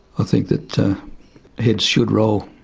i think that heads should roll.